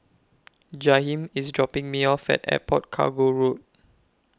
Jaheem IS dropping Me off At Airport Cargo Road